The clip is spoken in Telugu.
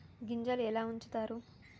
గింజలు ఎలా ఉంచుతారు?